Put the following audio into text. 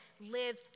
live